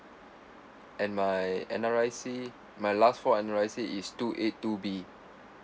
and my N_R_I_C my last four N_R_I_C is two eight two B